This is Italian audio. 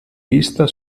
vista